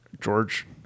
George